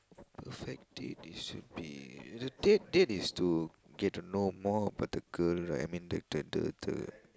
perfect date is to be the date date is to get to know more about the girl right I mean the the the the